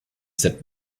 said